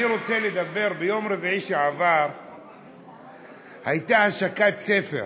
אני רוצה לספר: ביום רביעי שעבר הייתה השקת ספר.